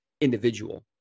individual